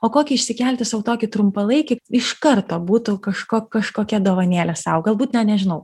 o kokį išsikelti sau tokį trumpalaikį iš karto būtų kažko kažkokia dovanėlė sau galbūt net nežinau